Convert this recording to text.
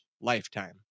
lifetime